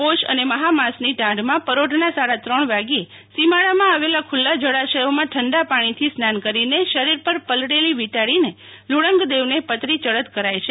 પોષ અને મહા માસની ટાઢમાં પરોઢના સાડા ત્રણ વાગ્યે સીમાડામાં આવેલાં ખુલ્લાં જળાશયોમાં ઠંડા પાણીથી સ્નાન કરીને શરીર પર પલળેલી વિંટાળીને લુણંગદેવને પતરી ચડત કરાય છે